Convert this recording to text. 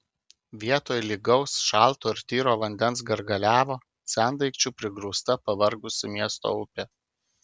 vietoj lygaus šalto ir tyro vandens gargaliavo sendaikčių prigrūsta pavargusi miesto upė